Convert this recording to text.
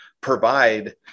provide